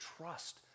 trust